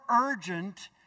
urgent